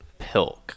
pilk